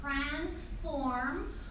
transform